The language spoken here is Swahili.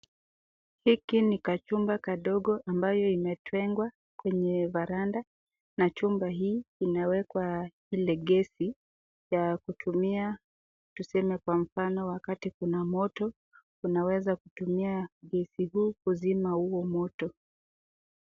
Hiki ni kachumba kadogo ambayo imetengwa kwenye veranda na chumba hii inawekwa ile gesi ya kutumia tuseme kwa mfano wakati kuna moto unaweza kutumia gesi huu kuzima huo moto.